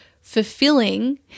fulfilling